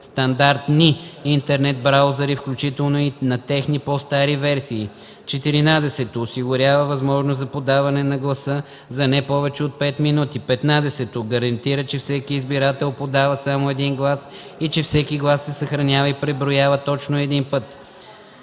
стандартни интернет браузъри, включително на техни по-стари версии; 14. осигурява възможност за подаване на гласа за не повече от 5 минути; 15. гарантира, че всеки избирател подава само един глас и че всеки глас се съхранява и преброява точно един път;